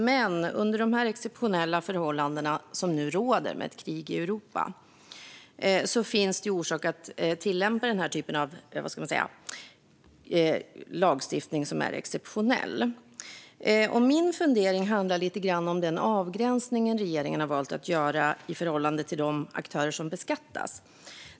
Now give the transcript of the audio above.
Men under de exceptionella förhållanden som nu råder med ett krig i Europa finns det orsak att tillämpa den här typen av lagstiftning, som är exceptionell. Min fundering handlar lite grann om den avgränsning regeringen har valt att göra i förhållande till de aktörer som beskattas.